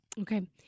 Okay